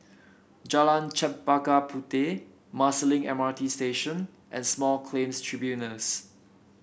Jalan Chempaka Puteh Marsiling M R T Station and Small Claims Tribunals